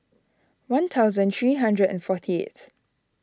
one thousand three hundred and forty eighth